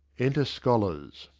enter scholars.